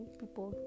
people